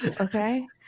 Okay